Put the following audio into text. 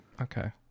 Okay